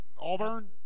Auburn